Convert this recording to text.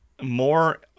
more